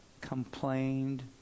complained